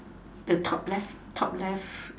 the top left top left